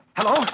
Hello